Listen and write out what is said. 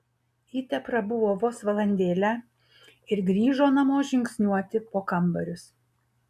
ji teprabuvo vos valandėlę ir grįžo namo žingsniuoti po kambarius